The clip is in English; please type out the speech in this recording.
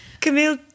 Camille